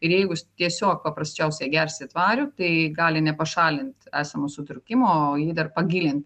ir jeigu tiesiog paprasčiausiai gersit varį tai gali nepašalint esamo sutrūkimo o jį dar pagilint